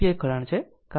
2 છે